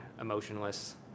emotionless